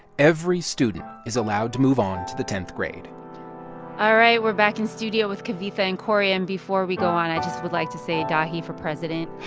every student is allowed to move on to the tenth grade all right, we're back in studio with kavitha and cory. and before we go, and i just would like to say dahi for president